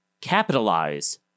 capitalize